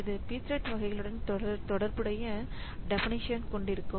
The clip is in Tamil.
இது pthread வகைகளுடன் தொடர்புடைய டெபனிஷன் கொண்டிருக்கும்